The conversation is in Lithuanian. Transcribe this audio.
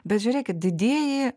bet žiūrėkit didieji